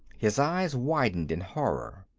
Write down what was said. his eyes widened in horror.